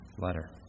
letter